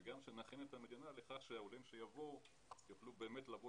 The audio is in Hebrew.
וגם נכין את המדינה לכך שהעולים שיבואו יוכלו לבוא